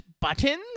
buttons